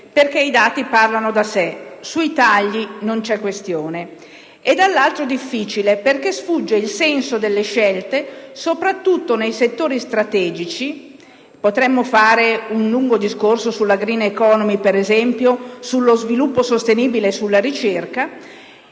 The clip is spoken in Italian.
perché i dati parlano da sé e sui tagli non c'è questione; dall'altro, è difficile, perché sfugge il senso delle scelte soprattutto nei settori strategici (potremmo fare un lungo discorso sulla *green economy*, per esempio, sullo sviluppo sostenibile e sulla ricerca).